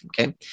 Okay